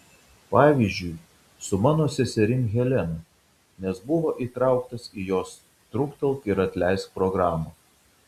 pavyzdžiui su mano seserim helena nes buvo įtrauktas į jos truktelk ir atleisk programą